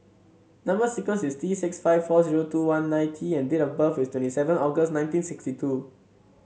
number sequence is T six five four zero two one nine T and date of birth is twenty seven August nineteen sixty two